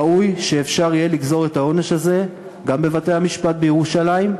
ראוי שאפשר יהיה לגזור את העונש הזה גם בבתי-המשפט בירושלים,